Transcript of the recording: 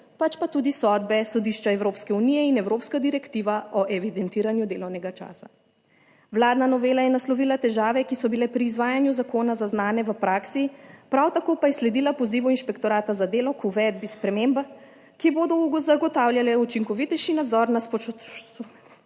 pač pa tudi sodbe Sodišča Evropske unije in evropska direktiva o evidentiranju delovnega časa. Vladna novela je naslovila težave, ki so bile pri izvajanju zakona zaznane v praksi, prav tako pa je sledila pozivu inšpektorata za delo k uvedbi sprememb, ki bodo zagotavljale učinkovitejši nadzor nad